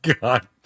god